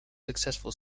successful